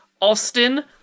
Austin